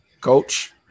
Coach